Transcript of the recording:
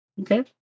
Okay